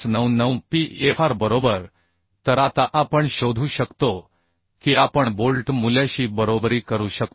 599P Fr बरोबर तर आता आपण शोधू शकतो की आपण बोल्ट मूल्याशी बरोबरी करू शकतो